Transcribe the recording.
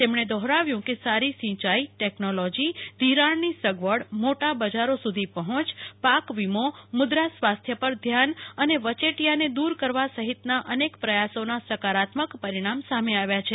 તેમણે દોહરાવ્યું કે સારી સિંયાઇ ટેકનોલોજી ધિરાણની સગવડ મોટા બજારો સુધી પર્હોચ પાક વીમોમુદ્રા સ્વાસ્થ્ય પર ધ્યાન અને વયેટીયાને દૂર કરવા સહિતના અનેકપ્રયાસોના સકારાત્મક પરિણામ સામે આવ્યા છે